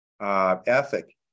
ethic